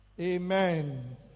Amen